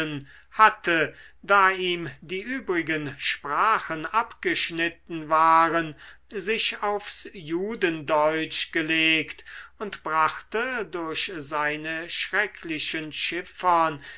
hatte da ihm die übrigen sprachen abgeschnitten waren sich aufs judendeutsch gelegt und brachte durch seine schrecklichen